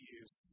use